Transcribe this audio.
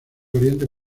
oriente